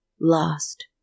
Lost